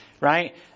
Right